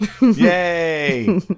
Yay